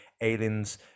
aliens